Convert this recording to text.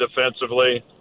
defensively